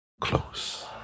Close